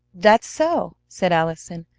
that's so! said allison.